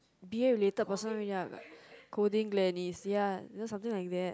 b_a related person already what like coding Gladys ya you know something like that